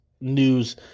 news